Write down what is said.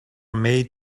made